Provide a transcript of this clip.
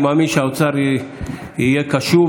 אני מאמין שהאוצר יהיה קשוב,